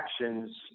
actions